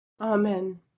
Amen